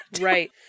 Right